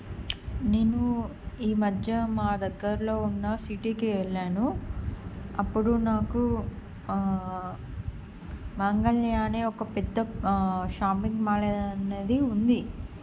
నేను ఈ మధ్య మా దగ్గరలో ఉన్న సిటీకి వెళ్ళాను అప్పుడు నాకు మాంగల్య అనే ఒక పెద్ద షాపింగ్ మాల్ అనేది ఉంది